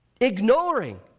ignoring